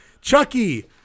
Chucky